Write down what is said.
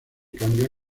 cambia